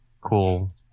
cool